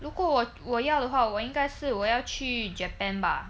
如果我我要的话我应该是我要去 japan bah